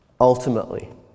Ultimately